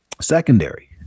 secondary